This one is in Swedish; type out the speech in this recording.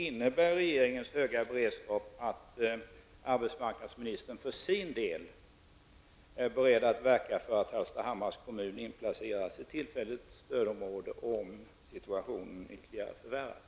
Innebär regeringens höga beredskap att arbetsmarknadsministern för sin del är beredd att verka för att Hallstahammars kommun inplaceras i tillfälligt stödområde, om situationen ytterligare förvärras?